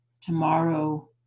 tomorrow